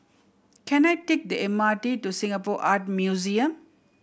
can I take the M R T to Singapore Art Museum